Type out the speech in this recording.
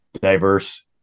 diverse